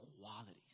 qualities